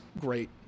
great